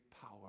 power